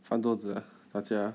翻桌子啊打架